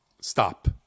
stop